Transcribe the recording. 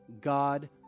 God